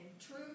true